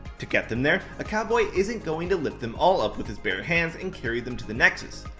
to get them there, a cowboy isn't going to lift them all up with his bare hands and carry them to the nexus,